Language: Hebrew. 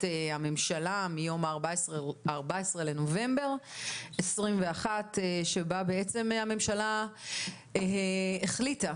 הממשלה מיום ה-14 לנובמבר 2021 שבה בעצם הממשלה החליטה